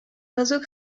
réseau